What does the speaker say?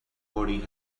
morning